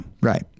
Right